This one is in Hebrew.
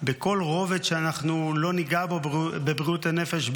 בכל רובד שאנחנו לא ניגע בו בבריאות הנפש.